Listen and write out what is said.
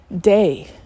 day